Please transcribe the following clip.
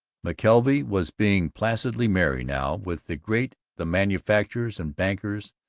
mckelvey was being placidly merry now with the great, the manufacturers and bankers,